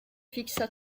fixa